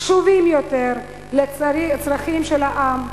קשובים יותר לצרכים של העם,